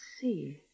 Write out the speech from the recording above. see